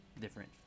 different